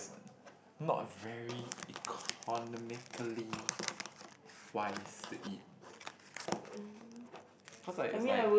not a very economically wise to eats cause like is like